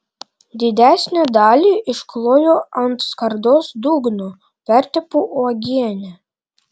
didesnę dalį iškloju ant skardos dugno pertepu uogiene